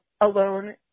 alone